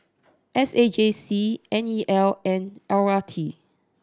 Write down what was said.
S A J C N E L and L R T